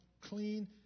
clean